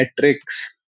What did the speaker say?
metrics